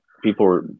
people